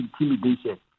intimidation